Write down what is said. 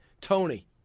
Tony